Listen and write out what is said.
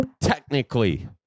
technically